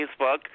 Facebook